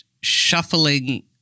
shuffling